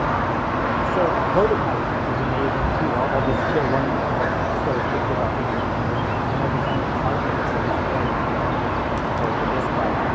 so prototyping is amazing too. i'll just share one more story quickly about being an engineer. when i designed a part, like a base plate for the for the disk drive,